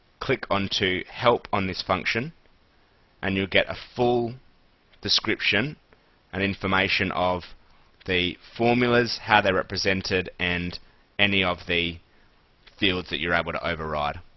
click on to help on this function and you'll get a full description and information of the formulas, how they're represented and any of the fields that you're able to override.